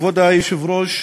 כבוד היושב-ראש,